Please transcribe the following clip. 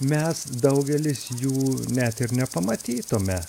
mes daugelis jų net ir nepamatytume